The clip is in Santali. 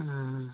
ᱦᱩᱸ